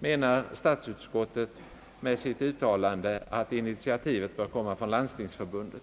Menar statsutskottet med sitt uttalande att initiativet bör komma från Landstingsförbundet?